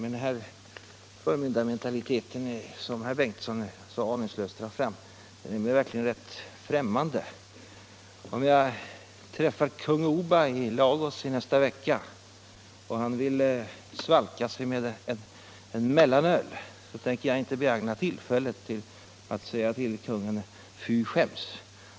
Men den förmyndarmentalitet som herr Bengtson så aningslöst drar fram är mig verk ligen rätt främmande. Om jag träffar kung Oba i Lagos i nästa vecka och han vill svalka sig med en mellanöl, tänker jag inte begagna tillfället att säga fy skäms till kungen.